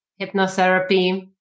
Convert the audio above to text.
hypnotherapy